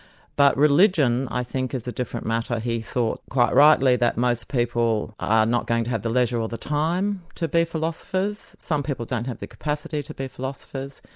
but religion i think is a different matter. he thought, quite rightly, that most people are not going to have the leisure or the time to be philosophers, some people don't have the capacity to be philosophers,